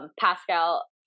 Pascal